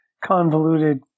convoluted